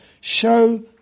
show